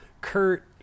Kurt